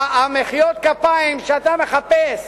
מחיאות הכפיים שאתה מחפש